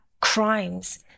crimes